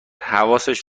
حواسش